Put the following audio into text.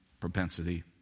propensity